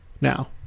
now